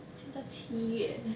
现在七月